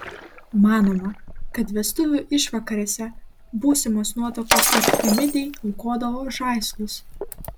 manoma kad vestuvių išvakarėse būsimos nuotakos artemidei aukodavo žaislus